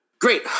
Great